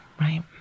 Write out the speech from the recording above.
right